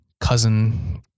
cousin